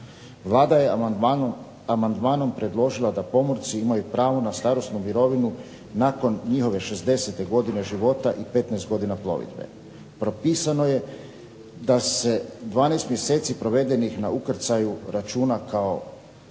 Vlada je amandmanom predložila da pomorci imaju pravo na starosnu mirovinu nakon njihove 60 godine života i 15 godina plovidbe. Propisano je da se 12 mjeseci provedenih na ukrcaju računa kao